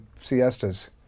siestas